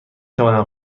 تونم